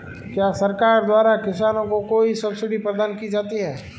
क्या सरकार द्वारा किसानों को कोई सब्सिडी प्रदान की जाती है?